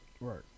Right